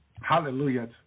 hallelujah